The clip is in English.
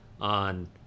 on –